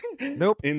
Nope